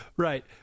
Right